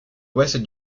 ouest